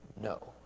No